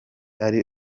ari